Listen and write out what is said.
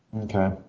Okay